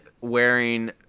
wearing